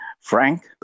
Frank